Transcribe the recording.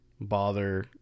bother